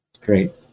great